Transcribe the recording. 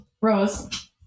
rose